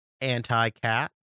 anti-cat